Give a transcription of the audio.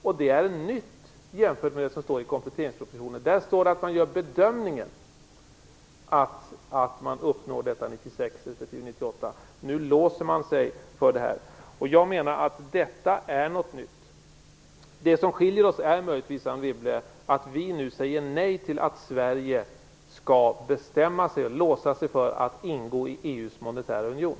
Detta är något nytt jämfört med det som står i kompletteringspropositionen. I den står det att man gör bedömningen att man skall uppnå detta 1996 respektive 1998, men nu låser man sig för detta. Jag menar att detta är något nytt. Det som skiljer oss åt är möjligen att vi säger nej till att Sverige skall bestämma sig för att ingå i EU:s monetära union.